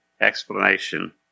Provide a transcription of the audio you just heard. explanation